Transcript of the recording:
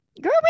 girl